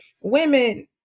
Women